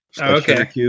Okay